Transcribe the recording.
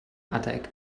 adeg